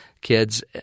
kids